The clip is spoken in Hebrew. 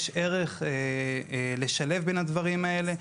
יש ערך בשילוב בין הדברים האלה,